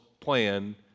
plan